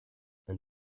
and